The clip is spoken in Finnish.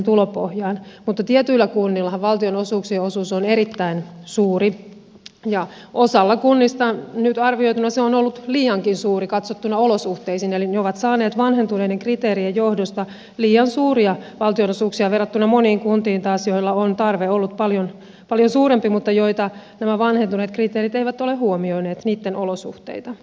mutta tietyillä kunnillahan valtionosuuksien osuus on erittäin suuri ja osalla kunnista nyt arvioituna se on ollut liiankin suuri katsottuna olosuhteisiin eli ne ovat saaneet vanhentuneiden kriteerien johdosta liian suuria valtionosuuksia verrattuna moniin kuntiin joilla taas on tarve ollut paljon suurempi mutta nämä vanhentuneet kriteerit eivät ole huomioineet niitten olosuhteita